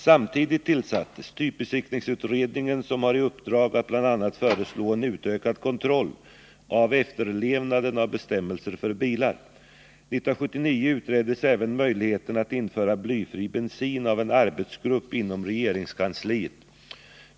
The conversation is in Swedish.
Samtidigt tillsattes typbesiktningsutredningen, som har i uppdrag att bl.a. föreslå en utökad kontroll av efterlevnaden av bestämmelser för bilar. 1979 utreddes även möjligheterna att införa blyfri bensin av en arbetsgrupp inom regeringskansliet.